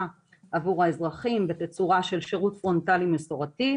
עבור האזרחים בתצורה של שירות פרונטלי מסורתי,